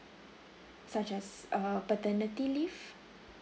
such as uh paternity leave